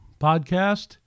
podcast